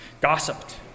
gossiped